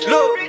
Look